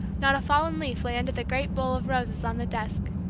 not a fallen leaf lay under the great bowl of roses on the desk.